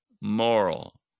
moral